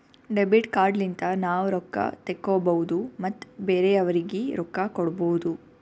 debit card ಲಿಂತ ನಾವ್ ರೊಕ್ಕಾ ತೆಕ್ಕೋಭೌದು ಮತ್ ಬೇರೆಯವ್ರಿಗಿ ರೊಕ್ಕಾ ಕೊಡ್ಭೌದು